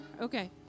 Okay